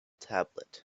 tablet